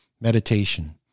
Meditation